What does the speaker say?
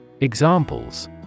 Examples